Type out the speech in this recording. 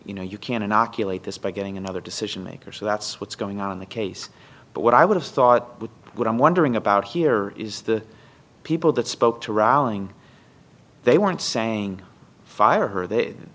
you know you can inoculate this by getting another decision maker so that's what's going on in the case but what i would have thought with what i'm wondering about here is the people that spoke to rallying they weren't saying fire her th